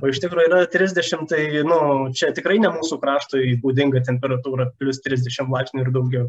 o iš tikro yra trisdešim tai nu čia tikrai ne mūsų kraštui būdinga temperatūra plius trisdešim laipsnių ir daugiau